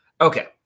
Okay